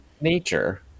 nature